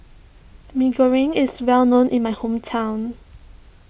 Mee Goreng is well known in my hometown